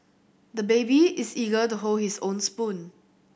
the baby is eager to hold his own spoon